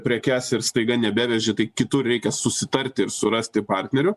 prekes ir staiga nebeveži tai kitur reikia susitarti ir surasti partnerių